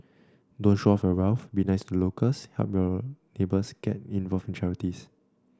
don't show off your wealth be nice to the locals help your neighbours get involved in charities